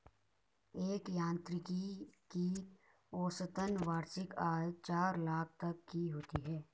एक यांत्रिकी की औसतन वार्षिक आय चार लाख तक की होती है